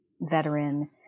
veteran